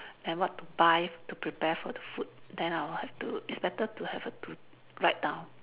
and what to buy to prepare for the food then I'll have to it's better to have a to write down